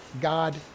God